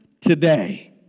Today